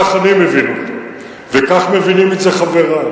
כך אני מבין אותו, וכך מבינים את זה חברי.